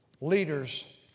leaders